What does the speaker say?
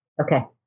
okay